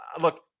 look